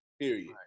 period